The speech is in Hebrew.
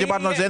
דיברנו על כך.